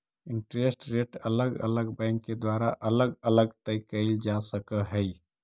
interest rate अलग अलग bank के द्वारा अलग अलग तय कईल जा सकऽ हई